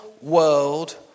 world